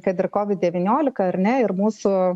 kad ir kovid devyniolika ar ne ir mūsų